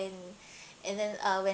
and then uh when